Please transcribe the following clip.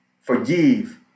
forgive